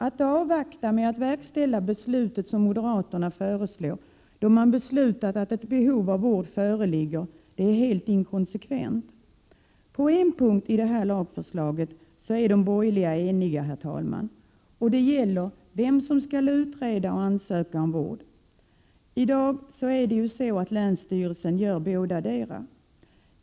Då man konstaterat att behov av vård föreligger vore det inkonsekvent att avvakta med att verkställa ett beslut om tvångsvård, vilket moderaterna föreslår. På en punkt i det här lagförslaget är de borgerliga eniga, herr talman. Det gäller frågan om vem som skall utreda och ansöka om vård. I dag gör länsstyrelsen bådadera.